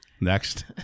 Next